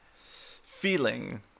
feeling